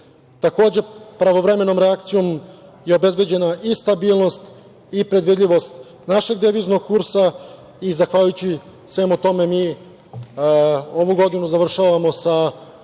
Takođe, pravovremenom reakcijom je obezbeđena i stabilnost i predvidljivost našeg deviznog kursa i zahvaljujući svemu tome mi ovu godinu završavamo sa